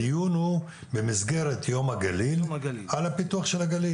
הדיון הוא במסגרת "יום הגליל" על הפיתוח של הגליל.